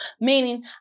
meaning